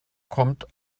kommt